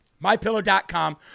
MyPillow.com